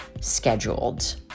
scheduled